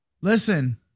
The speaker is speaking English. listen